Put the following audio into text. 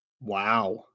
Wow